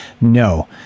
no